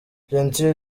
gentil